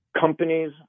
companies